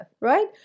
right